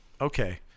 Okay